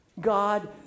God